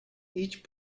each